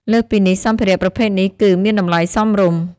លើសពីនេះ សម្ភារៈប្រភេទនេះគឺ មានតម្លៃសមរម្យ។